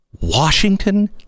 Washington